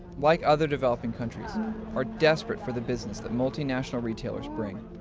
like other developing countries are desperate for the business that multinational retailers bring.